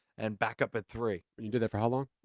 and back up a three. you did that for how long?